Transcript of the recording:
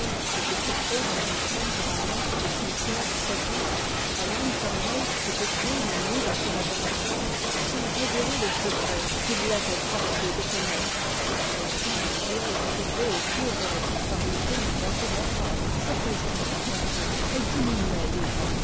était couché dans une tombe sans nom au cimetière de selby alan campbell s'était tué une nuit dans son laboratoire sans révéler le secret qu'il l'avait forcé de connaître l'émotion actuelle soulevée autour de la disparition de basil hallward s'apaiserait bientôt elle diminuait déjà